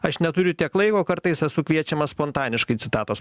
aš neturiu tiek laiko kartais esu kviečiamas spontaniškai citatos